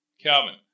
Calvin